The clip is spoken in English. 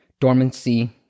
Dormancy